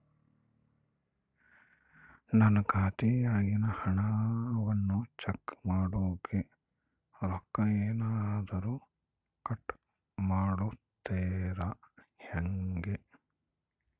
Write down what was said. ನನ್ನ ಖಾತೆಯಾಗಿನ ಹಣವನ್ನು ಚೆಕ್ ಮಾಡೋಕೆ ರೊಕ್ಕ ಏನಾದರೂ ಕಟ್ ಮಾಡುತ್ತೇರಾ ಹೆಂಗೆ?